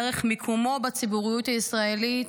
דרך מיקומו בציבוריות הישראלית,